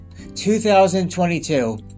2022